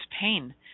pain